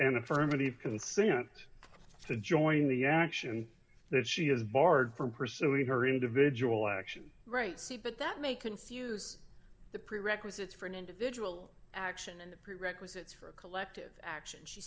an affirmative consent to join the action that she is barred from pursuing her individual action right c but that may confuse the prerequisites for an individual action and the prerequisites for a collective action she